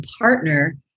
partner